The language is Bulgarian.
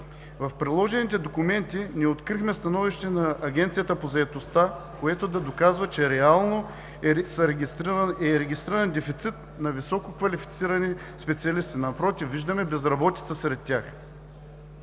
В приложените документи не открихме становище на Агенцията по заетостта, което да доказва, че реално е регистриран дефицит на висококвалифицирани специалисти. Напротив, виждаме безработица сред тях.